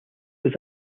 was